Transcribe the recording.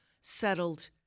settled